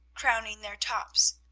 crowning their tops.